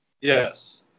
Yes